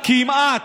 כמעט.